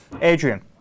Adrian